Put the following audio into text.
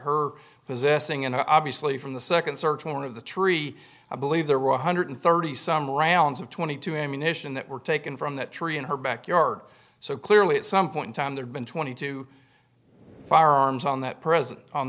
her possessing and obviously from the second search warrant of the tree i believe there were one hundred thirty some rounds of twenty two ammunition that were taken from that tree in her backyard so clearly at some point in time there have been twenty two firearms on that present on